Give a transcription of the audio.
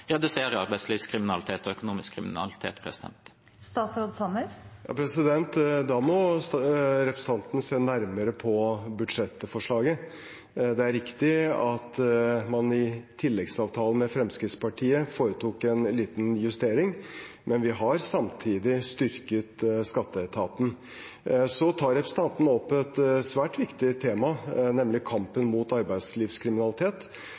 redusere arbeidslivskriminalitet og økonomisk kriminalitet? Da må representanten se nærmere på budsjettforslaget. Det er riktig at man i tilleggsavtalen med Fremskrittspartiet foretok en liten justering, men vi har samtidig styrket skatteetaten. Så tar representanten opp et svært viktig tema, nemlig